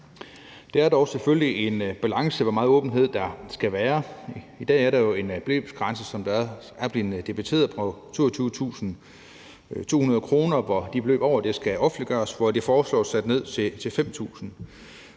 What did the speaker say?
Det er dog selvfølgelig en balance, hvor meget åbenhed der skal være. I dag er der jo en beløbsgrænse, som også er blevet debatteret, på 27.200 kr., hvor beløb over det skal offentliggøres, og det foreslås sat ned til 5.000 kr.